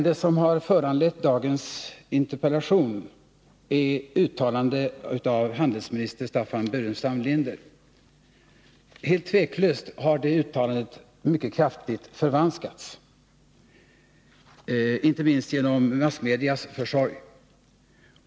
Det som föranlett dagens interpellation är ett uttalande av handelsminister Staffan Burenstam Linder. Helt tveklöst har det uttalandet mycket kraftigt förvanskats, inte minst genom massmedias försorg.